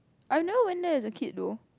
I never went there as a kid though